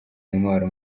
intwaro